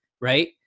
right